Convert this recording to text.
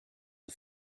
the